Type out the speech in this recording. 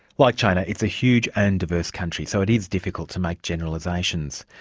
like china, it's a huge and diverse country, so it is difficult to make generalisations.